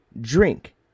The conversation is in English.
Drink